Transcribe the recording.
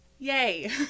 yay